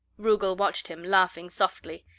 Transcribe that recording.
rugel watched him, laughing softly.